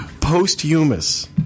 posthumous